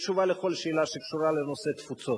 בתשובה לכל שאלה שקשורה לנושא תפוצות.